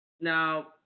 Now